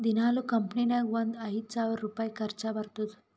ದಿನಾಲೂ ಕಂಪನಿ ನಾಗ್ ಒಂದ್ ಐಯ್ದ ಸಾವಿರ್ ರುಪಾಯಿ ಖರ್ಚಾ ಬರ್ತುದ್